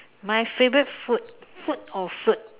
my favorite food food or fruit